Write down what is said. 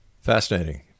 Fascinating